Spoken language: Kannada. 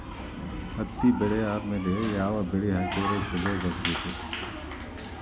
ಹತ್ತಿ ಬೆಳೆ ಆದ್ಮೇಲ ಯಾವ ಬೆಳಿ ಹಾಕಿದ್ರ ಛಲೋ ಬರುತ್ತದೆ?